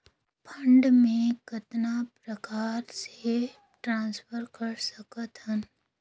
Fund मे कतना प्रकार से ट्रांसफर कर सकत हन?